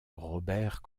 robert